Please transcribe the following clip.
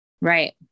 Right